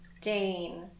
Dane